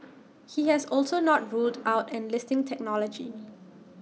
he has also not ruled out enlisting technology